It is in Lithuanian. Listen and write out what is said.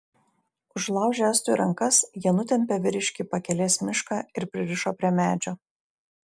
užlaužę estui rankas jie nutempė vyriškį į pakelės mišką ir pririšo prie medžio